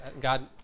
God